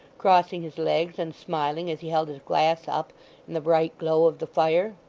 crossing his legs, and smiling as he held his glass up in the bright glow of the fire.